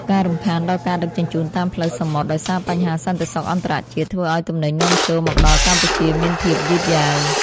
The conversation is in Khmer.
ការរំខានដល់ការដឹកជញ្ជូនតាមផ្លូវសមុទ្រដោយសារបញ្ហាសន្តិសុខអន្តរជាតិធ្វើឱ្យទំនិញនាំចូលមកដល់កម្ពុជាមានភាពយឺតយ៉ាវ។